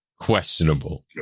Questionable